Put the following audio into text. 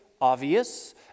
obvious